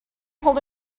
pulled